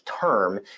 term